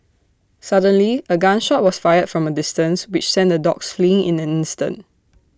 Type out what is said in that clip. suddenly A gun shot was fired from A distance which sent the dogs fleeing in an instant